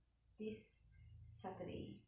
saturday let's go supper